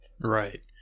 right